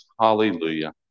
Hallelujah